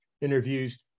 interviews